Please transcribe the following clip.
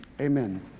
amen